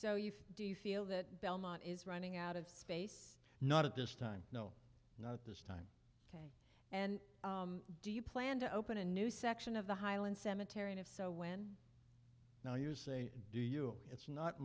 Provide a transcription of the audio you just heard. so you do you feel that belmont is running out of space not at this time no not this time and do you plan to open a new section of the highland cemetery and if so when now you say do you it's not